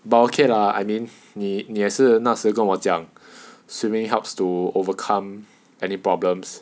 but okay lah I mean 你也是是那时跟我讲 swimming helps to overcome any problems